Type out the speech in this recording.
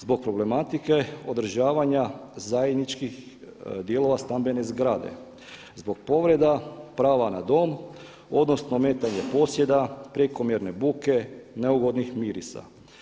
Zbog problematike održavanja zajedničkih dijelova stambene zgrade, zbog povreda prava na dom odnosno ometanje posjeda, prekomjerne buke, neugodnih mirisa.